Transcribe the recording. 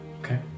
Okay